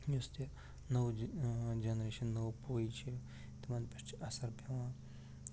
یۄس تہِ نٔو جَنٛریشَن نٔو پُوے چھِ تِمَن پٮ۪ٹھ چھِ اثر پٮ۪وان